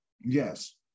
yes